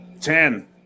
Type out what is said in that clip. ten